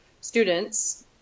students